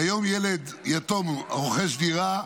כיום ילד יתום רוכש דירה,